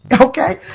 okay